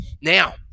Now